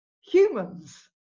humans